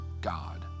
God